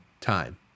time